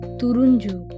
turunju